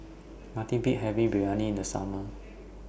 Nothing Beats having Biryani in The Summer